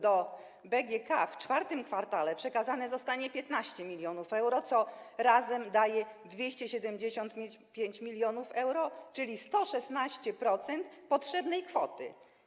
Do BGK w IV kwartale przekazane zostanie 15 mln euro, co razem daje 275 mln euro, czyli 116% potrzebnej kwoty.